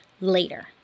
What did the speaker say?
later